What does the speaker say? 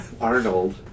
Arnold